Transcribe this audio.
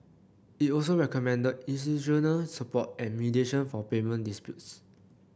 it also recommended institutional support and mediation for payment disputes